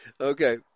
Okay